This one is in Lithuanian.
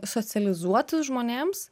socializuotis žmonėms